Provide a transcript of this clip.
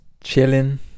chilling